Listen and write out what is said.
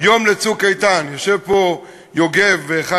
היום הייתה בהר-הרצל